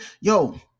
Yo